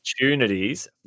opportunities